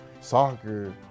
soccer